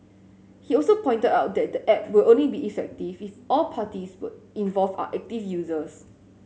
he also pointed out that the app will only be effective if all parties would involved are active users